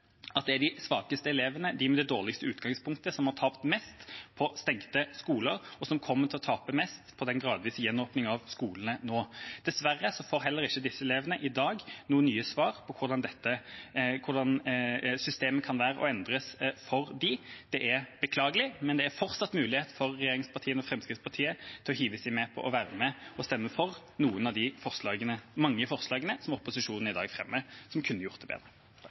at det er de svakeste elevene, de med det dårligste utgangspunktet, som har tapt mest på stengte skoler, og som kommer til å tape mest på den gradvise gjenåpningen av skolene nå. Dessverre får heller ikke disse elevene i dag noen nye svar på hvordan systemet kan være og endres for dem. Det er beklagelig. Men det er fortsatt en mulighet for regjeringspartiene og Fremskrittspartiet til å hive seg med og være med på å stemme for noen av de mange forslagene som opposisjonen i dag fremmer, som kunne gjort det bedre. Da